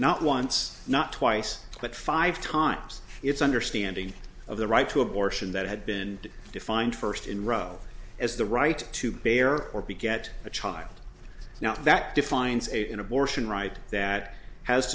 not once not twice but five times its understanding of the right to abortion that had been defined first in row as the right to bear or be get a child now that defines an abortion right that has